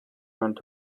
went